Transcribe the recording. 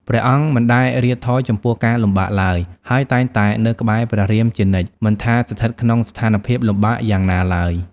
ព្រះអង្គមិនដែលរាថយចំពោះការលំបាកឡើយ ហើយតែងតែនៅក្បែរព្រះរាមជានិច្ច មិនថាស្ថិតក្នុងស្ថានភាពលំបាកយ៉ាងណាឡើយ ។